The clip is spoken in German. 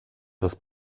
das